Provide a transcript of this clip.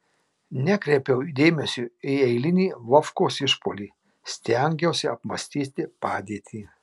nekreipiau dėmesio į eilinį vovkos išpuolį stengiausi apmąstyti padėtį